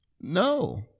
No